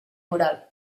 moral